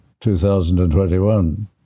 2021